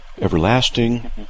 everlasting